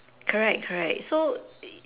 correct correct so